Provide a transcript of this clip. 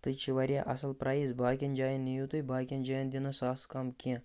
تہٕ یہِ چھِ واریاہ اَصٕل پرٛایز باقیَن جایَن نِیِو تُہۍ باقیَن جایَن دِنہٕ ساسَس کَم کینٛہہ